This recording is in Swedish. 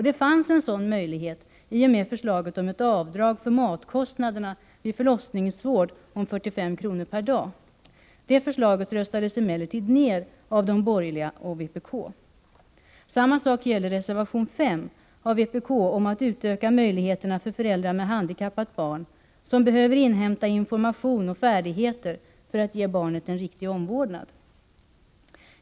Det fanns en sådan möjlighet i och med förslaget om ett avdrag för matkostnaderna vid förlossningsvård om 45 kr. per dag. Det förslaget röstades emellertid ned av de borgerliga och vpk. Samma sak gäller reservation 5 av vpk om att utöka möjligheterna för föräldrar med handikappat barn, vilka behöver inhämta information och färdigheter för att ge barnet en riktig omvårdnad.